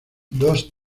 dos